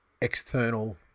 external